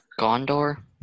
Gondor